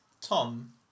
Tom